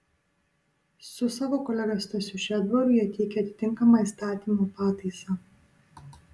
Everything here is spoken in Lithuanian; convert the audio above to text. su savo kolega stasiu šedbaru jie teikia atitinkamą įstatymo pataisą